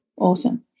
Awesome